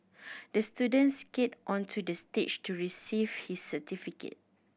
the student skat onto the stage to receive his certificate